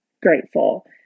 Grateful